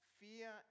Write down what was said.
fear